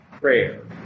prayer